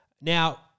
Now